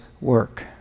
work